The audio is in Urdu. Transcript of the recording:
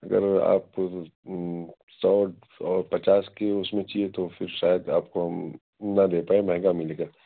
اگر آپ سو اور پچاس کی اس میں چاہیے تو پھر شاید آپ کو ہم نہ دے پائیں مہنگا ملے گا